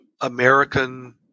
American